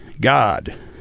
god